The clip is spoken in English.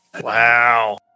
Wow